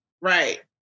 Right